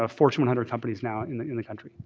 ah fortune one hundred companies now in the in the country.